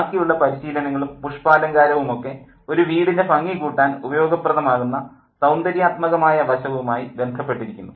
ബാക്കിയുള്ള പരിശീലനങ്ങളും പുഷ്പാലങ്കാരവും ഒക്കെ ഒരു വീടിൻ്റെ ഭംഗി കൂട്ടാൻ ഉപയോഗപ്രദമാകുന്ന സൌന്ദര്യാത്മകമായ വശവുമായി ബന്ധപ്പെട്ടിരിക്കുന്നു